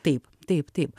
taip taip taip